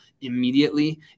immediately